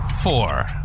four